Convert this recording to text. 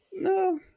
No